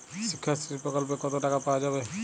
শিক্ষাশ্রী প্রকল্পে কতো টাকা পাওয়া যাবে?